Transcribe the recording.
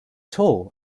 tall